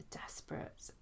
desperate